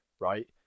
right